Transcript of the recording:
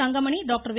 Thangamani doctor வே